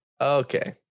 Okay